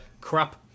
crap